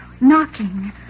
knocking